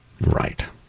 right